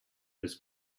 his